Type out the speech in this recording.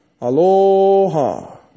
Aloha